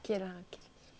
okay lah